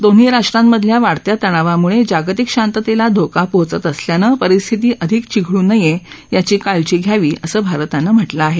दोन्ही राष्ट्रांमधल्या वाढत्या तणावामुळे जागतिक शांततेला धोका पोहोचत असल्यानं परिस्थिती अधिक चिघळू नये याची काळजी घ्यावी असं भारतानं म्हटलं आहे